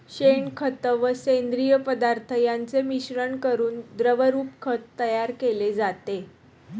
शेणखत व सेंद्रिय पदार्थ यांचे मिश्रण करून द्रवरूप खत तयार केले जाते